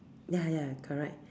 ya ya correct